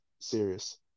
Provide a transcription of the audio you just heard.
serious